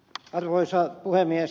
arvoisa puhemies